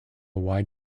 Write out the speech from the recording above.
wide